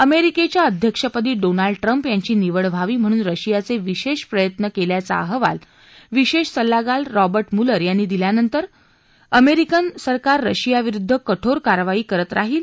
अमेरिकेच्या अध्यक्षपदी Donald Trump यांची निवड व्हावी म्हणून रशियाने विशेष प्रयत्न केल्याचा अहवाल विशेष सल्लागार रॉबर्ट मुलर यांनी दिल्यानंतर अमेरिकन सरकार रशियाविरुद्ध कठोर कारवाई करत राहील